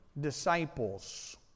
disciples